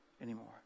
anymore